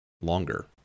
longer